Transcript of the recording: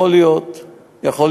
יכול להיות,